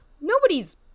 Nobody's